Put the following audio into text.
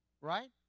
Right